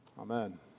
Amen